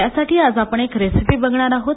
त्यासाठी आज आपण एक रेसिपी बघणार आहोत